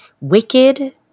Wicked